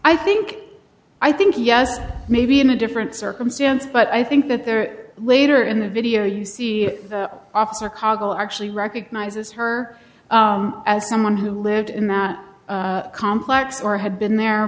i think i think yes maybe in a different circumstance but i think that there later in the video you see the officer cogdill actually recognizes her as someone who lived in that complex or had